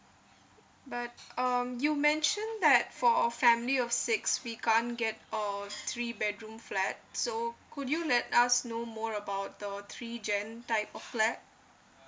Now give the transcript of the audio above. but um you mention that for a family of six we can't get a three bedroom flat so could you let us know more about the three gen type of flat